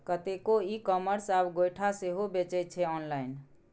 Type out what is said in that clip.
कतेको e commerce आब गोयठा सेहो बेचै छै आँनलाइन